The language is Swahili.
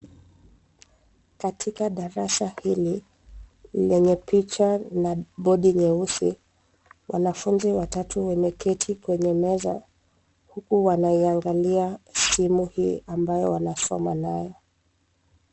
Katika darasa hili lenye picha na bodi nyeusi, wanafunzi watatu wameketi kwenye meza, huku wakiangalia simu hii ambayo wanasoma nayo.